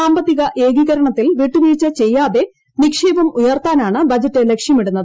സാമ്പത്തിക ഏകീകരണത്തിൽ വിട്ടുവീഴ്ച ചെയ്യാതെ നിക്ഷേപം ഉയർത്താനാണ് ബജറ്റ് ലക്ഷ്യമിടുന്നത്